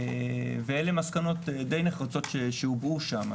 ואלה מסקנות דיי נחרצות שהיו שם,